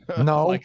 No